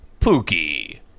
Pookie